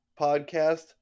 podcast